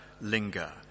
linger